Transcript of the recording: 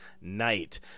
Night